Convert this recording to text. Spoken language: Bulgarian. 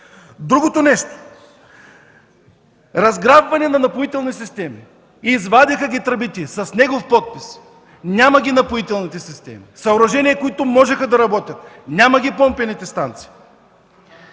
Другото нещо – разграбване на „Напоителни системи”. Извадиха тръбите с негов подпис! Няма ги „Напоителни системи” – съоръжения, които можеха да работят! Няма ги помпените станции.